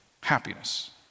Happiness